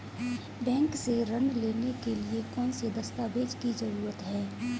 Bank से ऋण लेने के लिए कौन से दस्तावेज की जरूरत है?